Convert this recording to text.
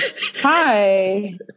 Hi